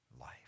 life